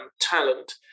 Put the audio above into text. talent